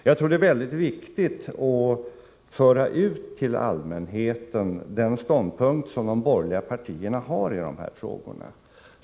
Jag tror att det är mycket viktigt att till allmänheten föra ut den ståndpunkt som de borgerliga partierna har i de här frågorna.